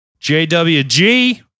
JWG